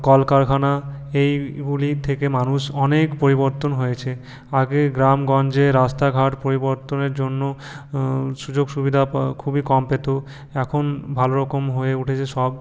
কলকারখানা এইগুলি থেকে মানুষ অনেক পরিবর্তন হয়েছে আগে গ্রামগঞ্জে রাস্তাঘাট পরিবর্তনের জন্য সুযোগ সুবিধা খুবই কম পেত এখন ভালোরকম হয়ে উঠেছে সব